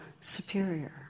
superior